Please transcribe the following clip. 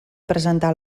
presentar